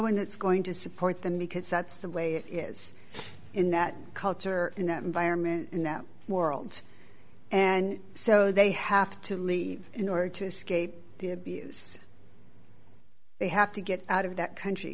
that's going to support them because that's the way it is in that culture in that environment in that world and so they have to leave in order to escape the abuse they have to get out of that country